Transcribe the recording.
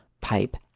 pipe